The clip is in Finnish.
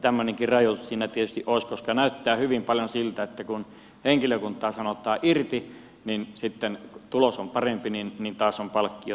tämmöinenkin rajoitus siinä tietysti olisi koska näyttää hyvin paljon siltä että kun henkilökuntaa sanotaan irti niin sitten tulos on parempi niin taas ovat palkkiot ruhtinaalliset